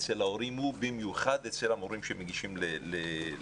אצל ההורים ובמיוחד אצל המורים שמגישים לבגרות.